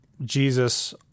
Jesus